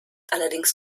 allerdings